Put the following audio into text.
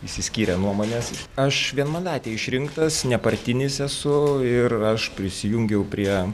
išsiskyrė nuomonės aš vienmandatėj išrinktas nepartinis esu ir aš prisijungiau prie